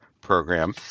program